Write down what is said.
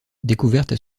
découvertes